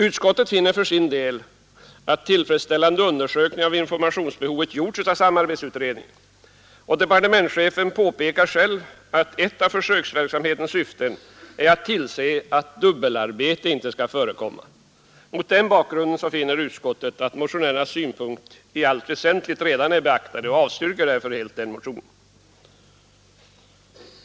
Utskottet finner för sin del att en tillfredsställande undersökning av informationsbehovet gjorts av samarbetsutredningen. Departementsche fen påpekar själv att ett av försöksverksamhetens syften är att tillse att dubbelarbete inte skall förekomma. Mot denna bakgrund finner utskottet att motionärernas synpunkter i allt väsentligt redan är beaktade och avstyrker därför helt motionen.